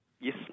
Yes